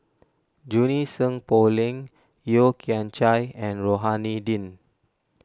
Junie Sng Poh Leng Yeo Kian Chye and Rohani Din